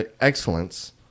Excellence